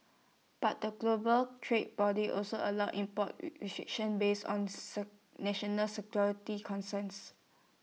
but the global trade body also allows import restrictions based on national security concerns